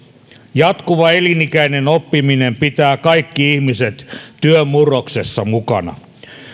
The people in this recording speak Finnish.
jatkuva elinikäinen oppiminen pitää kaikki ihmiset työn murroksessa mukana